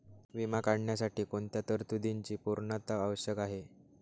विमा काढण्यासाठी कोणत्या तरतूदींची पूर्णता आवश्यक आहे?